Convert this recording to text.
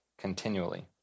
continually